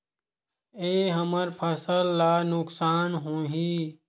से हमर फसल ला नुकसान होही?